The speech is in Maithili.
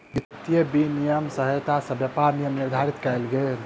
वित्तीय विनियम के सहायता सॅ व्यापार के नियम निर्धारित कयल गेल